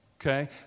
okay